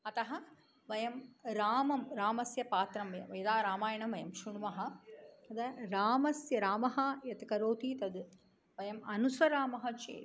अतः वयं रामं रामस्य पात्रं यदा रामायणं वयं श्रुण्मः तदा रामस्य रामः यत् करोति तद वयम् अनुसरामः चेत्